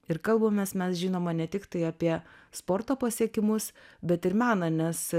ir kalbamės mes žinoma ne tiktai apie sporto pasiekimus bet ir meną nes